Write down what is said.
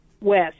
West